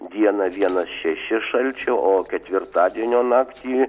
dieną vienas šeši šalčio o ketvirtadienio naktį